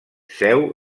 seu